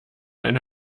eine